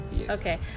okay